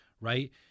Right